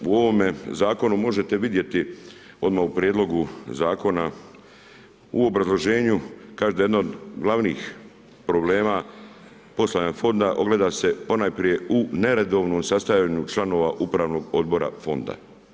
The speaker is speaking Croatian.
U ovome zakonu možete vidjeti odmah u prijedlogu zakona, u obrazloženju, kažete da je jedno od glavnih problema postojanje fonda, ogleda se ponajprije u neredovnom sastajanju članova upravnog odbora fonda.